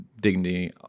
dignity